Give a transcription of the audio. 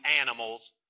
animals